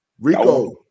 Rico